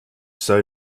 sei